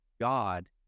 God